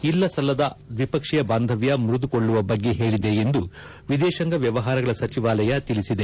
ಇಲ್ಲದ ದ್ವಿಪಕ್ಷೀಯ ಬಾಂಧವ್ನ ಮುರಿದುಕೊಳ್ಳುವ ಬಗ್ಗೆ ಹೇಳದೆ ಎಂದು ವಿದೇಶಾಂಗ ವ್ಲವಹಾರಗಳ ಸಚಿವಾಲಯ ತಿಳಿಸಿದೆ